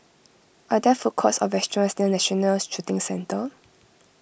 are there food courts or restaurants near National Shooting Centre